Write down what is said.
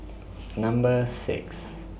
Number six